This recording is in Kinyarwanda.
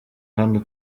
hano